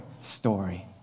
story